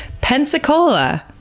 Pensacola